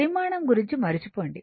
పరిమాణం గురించి మరచిపోండి